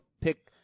pick